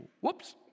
whoops